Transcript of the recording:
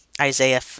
Isaiah